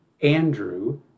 Andrew